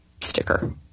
sticker